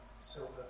silver